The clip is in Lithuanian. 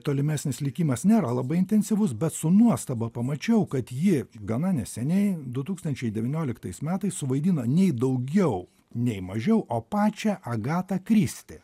tolimesnis likimas nėra labai intensyvus bet su nuostaba pamačiau kad ji gana neseniai du tūkstančiai devynioliktais metais suvaidino nei daugiau nei mažiau o pačią agatą kristi